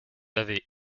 avez